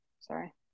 sorry